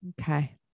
Okay